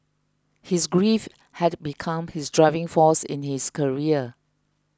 his grief had become his driving force in his career